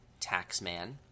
Taxman